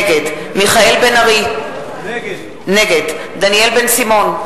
נגד מיכאל בן-ארי, נגד דניאל בן-סימון,